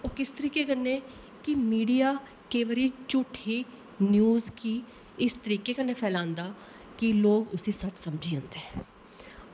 ओह् किस तरीके कन्नै कि मीडिया केई वारी झुठी न्यूज कि इस तरीके कन्नै फैलांदा की लोक उस्सी सच्च समझी जंदे